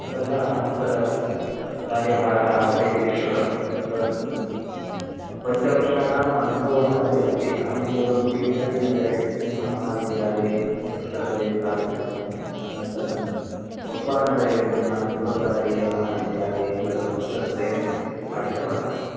अतः अहमत्र कार्यभारः आसीत् इति श्रुतं तदर्थं पञ्चवर्षाणाम् अनुभवः अपि अस्ति अहं पूर्वं तीर्थहल्लिनगरे तुङ्गमहाविद्यालये वर्षद्वयं कार्यं कृत्वा अनन्तरं पप्पाानगरे विद्यमानसकारीयमहाविद्यालये अपि वर्षत्रयं पाठितवान् अस्मि